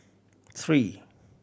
three